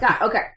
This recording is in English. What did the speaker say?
Okay